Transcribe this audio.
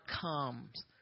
comes